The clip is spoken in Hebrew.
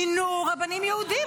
מינו רבנים יהודים?